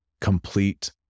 complete